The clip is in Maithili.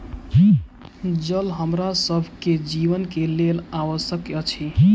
जल हमरा सभ के जीवन के लेल आवश्यक अछि